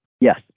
Yes